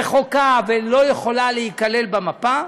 רחוקה, ולא יכולה להיכלל במפה,